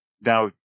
Now